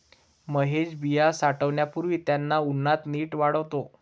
महेश बिया साठवण्यापूर्वी त्यांना उन्हात नीट वाळवतो